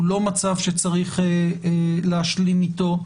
הוא לא מצב שצריך להשלים איתו.